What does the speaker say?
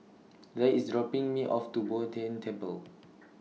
Zaid IS dropping Me off At Bo Tien Temple